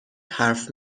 حرف